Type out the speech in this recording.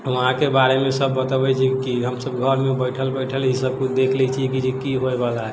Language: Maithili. वहाँके बारेमे सब बतबै छै की हमसब घरमे बैठल बैठल ई सब किछु देख लै छियै की की होइवला छै